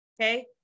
okay